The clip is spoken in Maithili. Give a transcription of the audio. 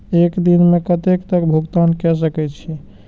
एक दिन में कतेक तक भुगतान कै सके छी